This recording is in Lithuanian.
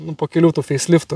nu po kelių tų feis liftų